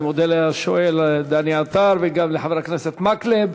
אני מודה לשואל דני עטר וגם לחבר הכנסת מקלב.